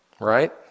Right